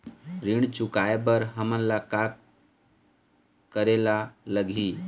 ऋण चुकाए बर हमन ला का करे बर लगही?